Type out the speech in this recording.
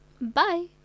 Bye